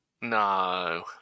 No